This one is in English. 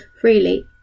freely